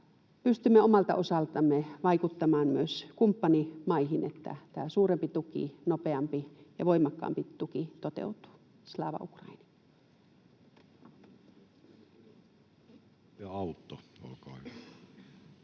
pystymme omalta osaltamme vaikuttamaan myös kumppanimaihin, että tämä suurempi tuki, nopeampi ja voimakkaampi tuki, toteutuu. — Slava Ukraini!